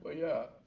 yeah.